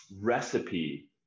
recipe